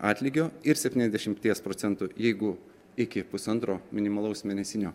atlygio ir septyniasdešimties procentų jeigu iki pusantro minimalaus mėnesinio